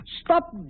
Stop